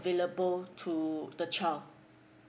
available to the child